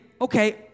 okay